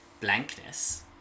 blankness